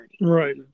right